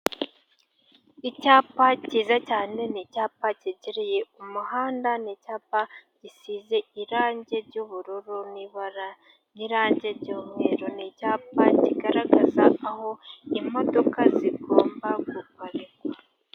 Icyapa cyiza cyane. Ni icyapa cyegereye umuhanda. Ni icyapa gisize irangi ry'ubururu n'ibara, n'irange ry'umweru. Ni icyapa kigaragaza aho imodoka zigomba guparikwa.